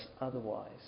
otherwise